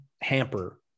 hamper